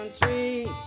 country